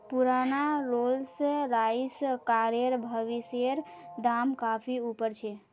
पुराना Rolls Royce कारेर भविष्येर दाम काफी ऊपर छे